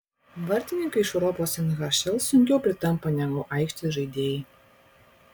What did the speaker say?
vartininkai iš europos nhl sunkiau pritampa negu aikštės žaidėjai